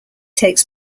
takes